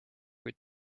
kuid